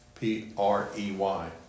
P-R-E-Y